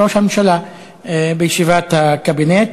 ראש הממשלה בישיבת הקבינט,